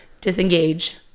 disengage